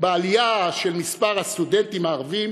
בעלייה של מספר הסטודנטים הערבים